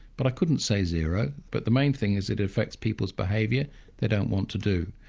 but i couldn't say zero. but the main thing is it affects people's behaviour they don't want to do